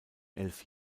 elf